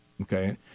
okay